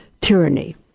tyranny